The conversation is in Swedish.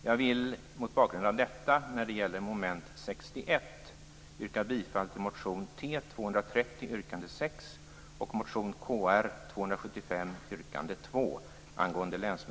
Jag vill mot bakgrund av detta yrka bifall till motion T230 yrkande 6 och motion Kr 275